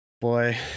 boy